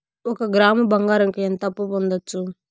ఒక గ్రాము బంగారంకు ఎంత అప్పు పొందొచ్చు